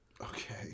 okay